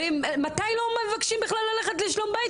ומתי לא מבקשים בכלל ללכת לשלום בית,